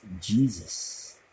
Jesus